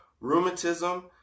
rheumatism